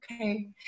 Okay